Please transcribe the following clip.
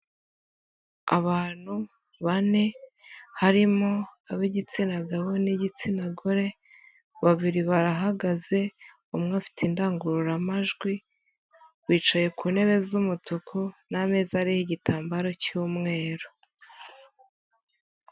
Abantu bane harimo ab'igitsina gabo n'igitsina gore, babiri barahagaze, umwe afite indangururamajwi bicaye ku ntebe z'umutuku, n'ameza ariho igitambaro cy'umweru.